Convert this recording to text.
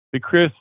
Chris